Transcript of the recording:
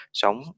sống